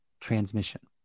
transmission